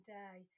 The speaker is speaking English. day